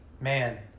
man